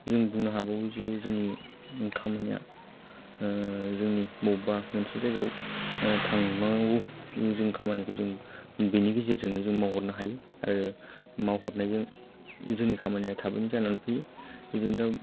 जों बुंनो हागौ जे जोंनि खामानिया जोंनि बबेबा मोनसे जायगायाव थांनांगौ जों खामानिखौ जों बेनि गेजेरजोंनो जों मावहरनो हायो आरो मावहरनायजों जोंनि खामानिया थाबैनो जानानै फैयो जों दा